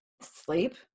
sleep